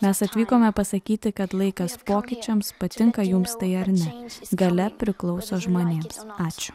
mes atvykome pasakyti kad laikas pokyčiams patinka jums tai ar ne galia priklauso žmonėms ačiū